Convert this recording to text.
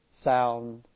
sound